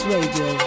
Radio